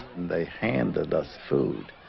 they handed us food